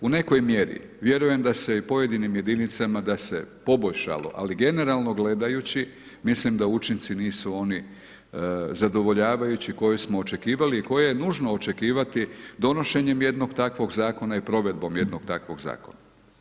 U nekoj mjeri, vjerujem da se i pojedinim jedinicama da se poboljšalo, ali generalno gledajući mislim da učinci nisu oni zadovoljavajući koje smo očekivali i koje j nužno očekivati donošenjem jednog takvog zakona i provedbom jednog takvog zakona.